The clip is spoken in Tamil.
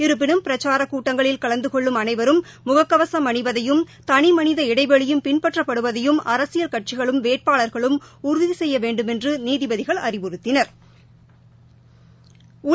இருப்பினும் பிரச்சாரக் கூட்டங்களில் கலந்தகொள்ளும் அனைவரும் முககவசம் அணிவதையும் தனிமனித இடைவெளியும் பின்பற்றப்படுவதையும் கட்சிகளும் வேட்பாளர்களும் உறுதிசெய்யவேண்டுமென்றுநீதிபதிகள் அறிவுறுத்தினா்